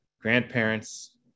grandparents